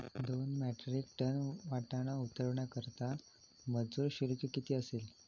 दोन metric tonne वाटाणा उतरवण्याकरता मजूर शुल्क किती असेल?